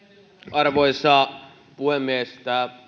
arvoisa puhemies edelliselle